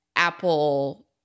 Apple